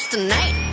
Tonight